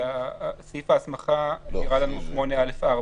סעיף ההסמכה נראה לנו 8(א)(4)